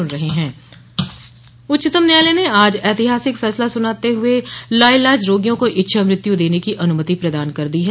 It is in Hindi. उच्चतम न्यायालय उच्चतम न्यायालय ने आज ऐतिहासिक फैसला सुनाते हुए लाइलाज रोगियों को इच्छा मृत्यु देने की अनुमति प्रदान कर दी है